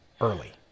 early